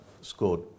scored